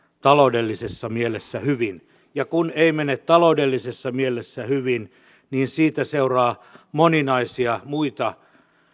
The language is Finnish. taloudellisessa mielessä hyvin ja kun ei mene taloudellisessa mielessä hyvin niin siitä seuraa moninaisia muita